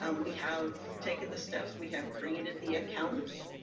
um we have taken the steps, we have created the accounts,